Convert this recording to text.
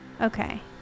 Okay